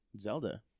Zelda